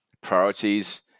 priorities